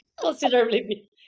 considerably